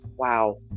wow